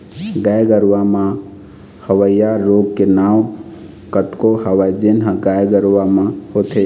गाय गरूवा म होवइया रोग के नांव कतको हवय जेन ह गाय गरुवा म होथे